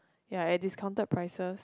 ya at discounted prices